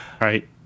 Right